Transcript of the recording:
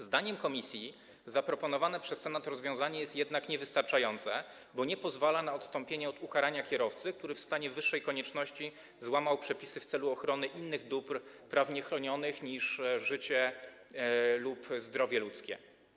Zdaniem komisji zaproponowane przez Senat rozwiązanie jest jednak niewystarczające, bo nie pozwala na odstąpienie od ukarania kierowcy, który w stanie wyższej konieczności złamał przepisy w celu ochrony innych dóbr prawnie chronionych niż życie lub zdrowie ludzkie.